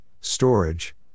storage